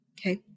Okay